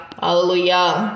hallelujah